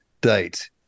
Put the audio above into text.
date